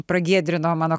pragiedrino mano